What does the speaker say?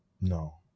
No